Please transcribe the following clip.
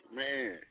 man